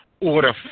order